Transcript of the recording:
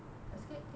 escape theme park